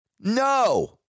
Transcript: No